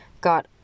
got